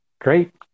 great